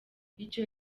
icyo